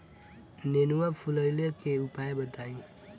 नेनुआ फुलईले के उपाय बताईं?